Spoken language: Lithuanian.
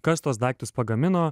kas tuos daiktus pagamino